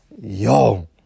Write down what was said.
Yo